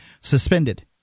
suspended